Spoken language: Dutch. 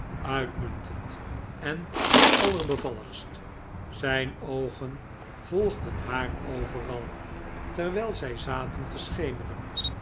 uitmuntend en allerbevalligst zijn oogen volgden haar overal terwijl zij zaten te schemeren